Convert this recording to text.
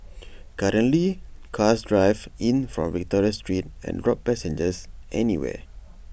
currently cars drive in from Victoria street and drop passengers anywhere